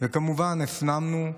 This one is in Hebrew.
וכמובן הפנמנו.